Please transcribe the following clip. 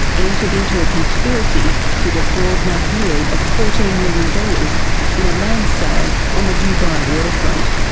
entered into a conspiracy to defraud nakheel of fourteen million dollars in a land sale on the dubai waterfront.